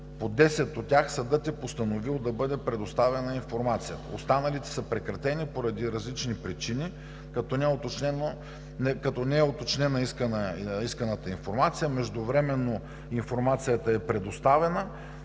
По 10 от тях съдът е постановил да бъде предоставена информация. Останалите са прекратени поради различни причини, като не е уточнена исканата информация. Междувременно информацията е предоставена,